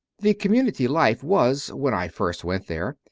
the community life was, when i first went there,